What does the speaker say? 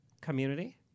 community